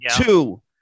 two